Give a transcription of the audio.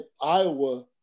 Iowa